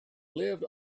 lived